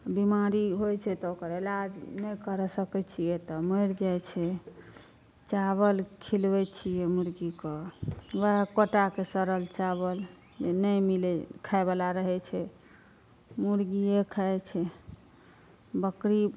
बीमारी होइ छै तऽ ओकर इलाज नहि करा सकै छियै तऽ मरि जाइ छै चाबल खिलबै छियै मुर्गीके वएह कोटाके सड़ल चाबल नहि मिलै खाय बला रहै छै मुर्गीए खाइ छै बकरी